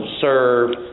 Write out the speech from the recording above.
serve